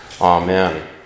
Amen